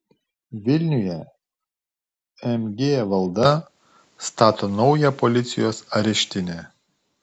vilniuje mg valda stato naują policijos areštinę